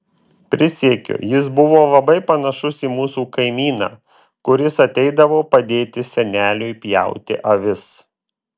prisiekiu jis buvo labai panašus į mūsų kaimyną kuris ateidavo padėti seneliui pjauti avis